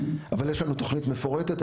אבל יש לנו תוכנית מפורטת.